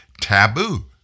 taboo